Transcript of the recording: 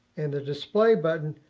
and the display button,